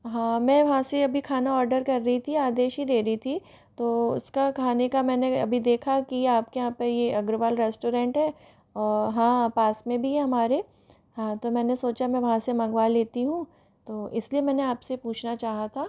हाँ मैं वहाँ से अभी खाना ऑर्डर कर रही थी आदेश ही दे रही थी तो उसका खाने का मैंने अभी देखा कि आपके यहाँ पर अग्रवाल रेस्टोरेंट है हाँ पास में भी है हमारे हाँ तो मैंने सोचा मैं वहाँ से मंगवा लेती हूँ तो इसलिए मैंने आपसे पूछना चाहा था